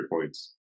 points